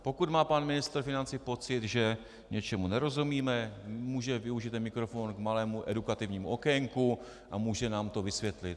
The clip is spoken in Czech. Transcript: Pokud má pan ministr pocit, že něčemu nerozumíme, může využít mikrofon k malému edukativnímu okénku a může nám to vysvětlit.